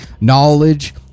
knowledge